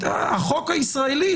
החוק הישראלי,